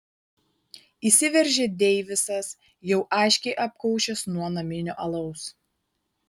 įsiveržia deivisas jau aiškiai apkaušęs nuo naminio alaus